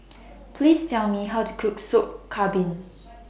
Please Tell Me How to Cook Soup Kambing